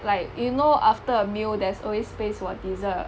like you know after a meal there's always space for dessert